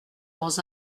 dans